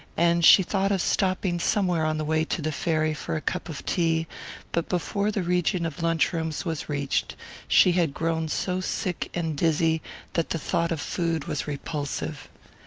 and she thought of stopping somewhere on the way to the ferry for a cup of tea but before the region of lunch-rooms was reached she had grown so sick and dizzy that the thought of food was repulsive.